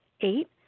eight